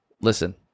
Listen